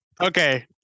Okay